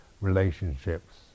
relationships